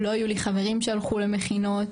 לא היו לי חברים שהלכו למכינות,